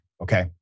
okay